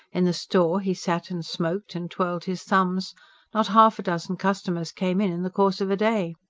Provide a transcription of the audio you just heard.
in the store he sat and smoked and twirled his thumbs not half a dozen customers came in, in the course of the day.